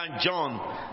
John